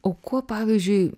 o kuo pavyzdžiui